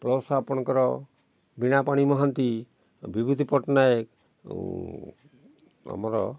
plus ଆପଣଙ୍କର ବୀଣାପାଣି ମହାନ୍ତି ବିଭୂତି ପଟ୍ଟନାୟକ ଆମର